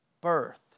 birth